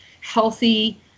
healthy